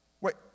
Wait